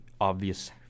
obvious